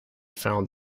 found